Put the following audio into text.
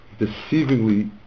deceivingly